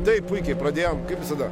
taip puikiai pradėjom kaip visada